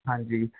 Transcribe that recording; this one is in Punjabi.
ਹਾਂਜੀ